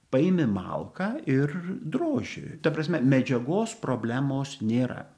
paimi malką ir droži ta prasme medžiagos problemos nėra